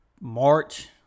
March